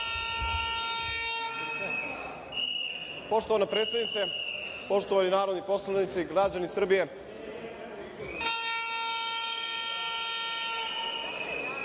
Hvala. Poštovana predsednice, poštovani narodni poslanici, građani Srbije,